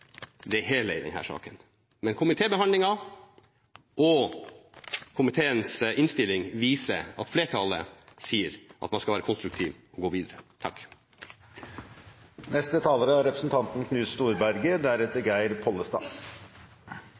det hele i denne saken. Men komitébehandlingen og komiteens innstilling viser at flertallet sier at man skal være konstruktiv og gå videre. Foregående taler